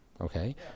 okay